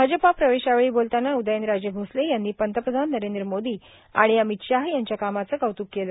भाजपाप्रवेशावेळी बोलातना उदयनराजे भोसले यांनी पंतप्रधान नरेंद्र मोदी आणि अमित शाह यांच्या कामाचे कौत्क केले